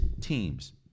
teams